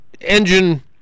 engine